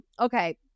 okay